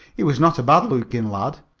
he was not a bad-looking lad,